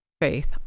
faith